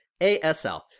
asl